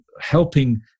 helping